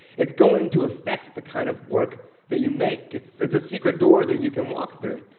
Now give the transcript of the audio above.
it's going to affect the kind of work that you make. it's it's a secret door that you can walk through.